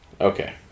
Okay